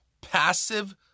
passive